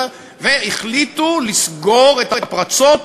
והחליטו לסגור את הפרצות